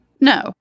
No